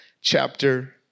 chapter